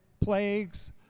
plagues